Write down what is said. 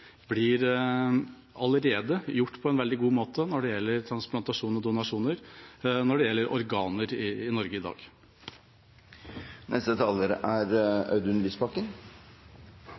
blir gjort på en veldig god måte når det gjelder transplantasjon og donasjoner av organer i Norge i